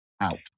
out